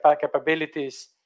capabilities